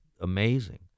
amazing